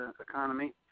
economy